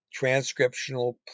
transcriptional